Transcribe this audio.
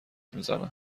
میزنن